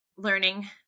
learning